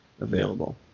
available